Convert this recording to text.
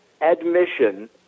admission